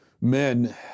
men